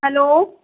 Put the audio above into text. hello